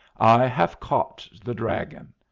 i have caught the dragon.